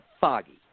foggy